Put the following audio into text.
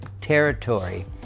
territory